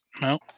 no